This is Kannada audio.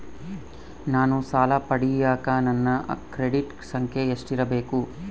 ನಾನು ಸಾಲ ಪಡಿಯಕ ನನ್ನ ಕ್ರೆಡಿಟ್ ಸಂಖ್ಯೆ ಎಷ್ಟಿರಬೇಕು?